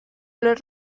los